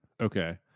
Okay